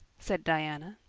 said diana.